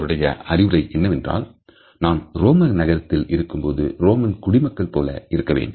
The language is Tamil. அவருடைய அறிவுரை என்னவென்றால் நாம் ரோமன் நகரத்தில் இருக்கும் போது ரோமன் குடிமக்கள் போல் இருக்க வேண்டும்